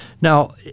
Now